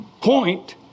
point